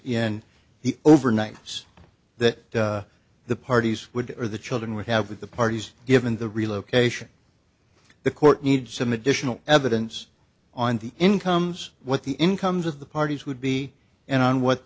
the overnights that the parties would or the children would have with the parties given the relocation the court needs some additional evidence on the incomes what the incomes of the parties would be and on what